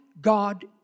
God